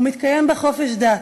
ומתקיים בה חופש דת.